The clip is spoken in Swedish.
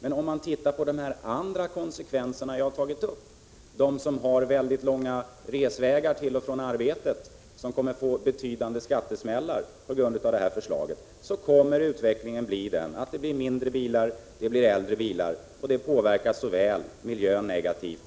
Men om man ser på andra konsekvenser som jag tagit upp — för dem som har mycket långa resvägar till och från arbetet och kommer att få betydande skattesmällar på grund av förslaget — förstår man att utvecklingen blir den att vi får mindre bilar och äldre bilar, och det påverkar såväl miljön